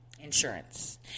Insurance